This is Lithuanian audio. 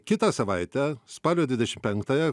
kitą savaitę spalio dvidešim penktąją